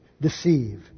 deceive